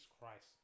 Christ